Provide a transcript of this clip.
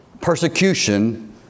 persecution